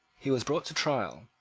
he was brought to trial,